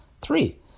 three